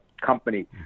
company